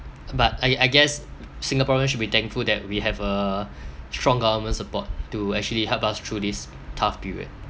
but I I guess singaporean should be thankful that we have a strong government support to actually help us through this tough period